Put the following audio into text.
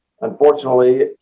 Unfortunately